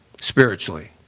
spiritually